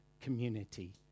community